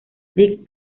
dick